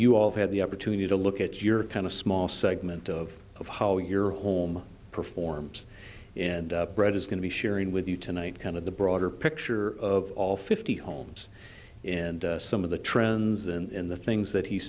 you all had the opportunity to look at your kind of small segment of of how your home performs and brad is going to be sharing with you tonight kind of the broader picture of all fifty homes and some of the trends and the things that he's